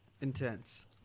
Intense